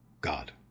God